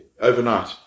overnight